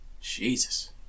Jesus